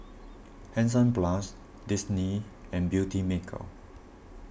Hansaplast Disney and Beautymaker